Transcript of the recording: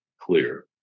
clear